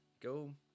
go